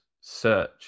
search